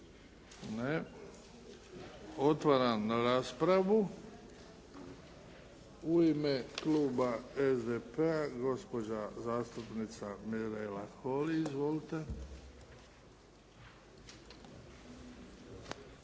Ne. Otvaram raspravu. U ime kluba SDP-a, gospođa zastupnica Mirela Holly. Izvolite.